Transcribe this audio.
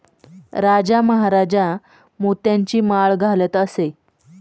राजा महाराजा मोत्यांची माळ घालत असे